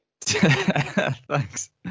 Thanks